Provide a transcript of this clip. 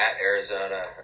Arizona